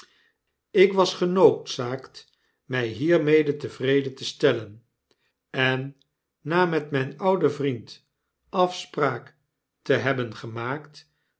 ik was genoodzaakt my hiermede tevreden te stellen en na met mijn ouden vriend afspraak te hebben gemaakt